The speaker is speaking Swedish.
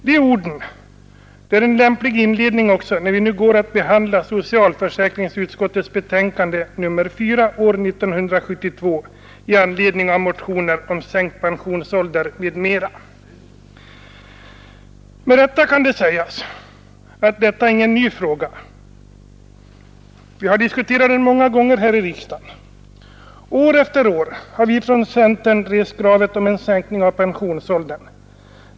De orden är en lämplig inledning också när vi går att behandla socialförsäkringsutskottets betänkande nr 4 år 1972 i anledning av motioner om sänkt pensionsålder m.m. Med rätta kan det sägas att detta är ingen ny fråga. Vi har diskuterat den många gånger här i riksdagen. År efter år har vi från centern rest kravet om en sänkning av pensionsåldern.